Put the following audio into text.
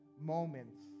moments